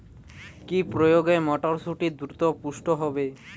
কি প্রয়োগে মটরসুটি দ্রুত পুষ্ট হবে?